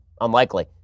unlikely